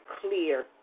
clear